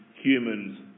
humans